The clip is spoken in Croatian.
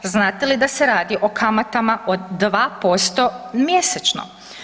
Znate li da se radi o kamatama od 2% mjesečno?